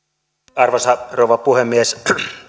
arvoisa rouva puhemies